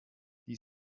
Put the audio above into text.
die